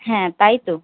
হ্যাঁ তাই তো